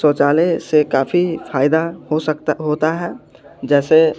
शौचालय से काफ़ी हो सकता होता है जैसे